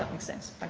sense?